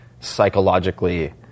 psychologically